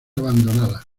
abandonada